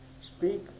speak